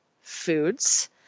foods